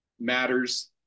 matters